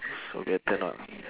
so better not ah